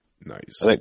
Nice